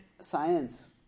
science